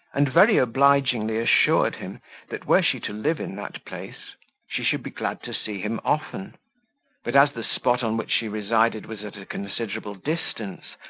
and very obligingly assured him that were she to live in that place she should be glad to see him often but as the spot on which she resided was at a considerable distance,